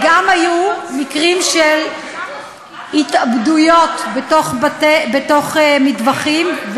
גם היו מקרים של התאבדויות בתוך מטווחים,